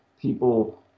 people